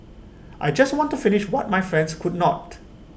I just want to finish what my friends could not